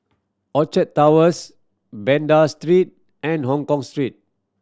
Orchard Towers Banda Street and Hongkong Street